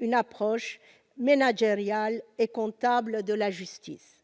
une approche managériale et comptable de la justice.